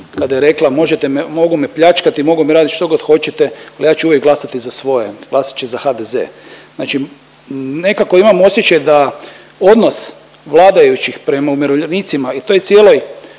kada je rekla mogu me pljačkati, mogu mi raditi štogod hoćete, ali ja ću vijek glasati za svoje, glasat će za HDZ. Znači nekako imam osjećaj da odnos vladajućih prema umirovljenicima i toj cijeloj